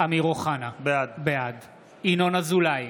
אמיר אוחנה, בעד ינון אזולאי,